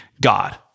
God